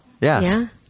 Yes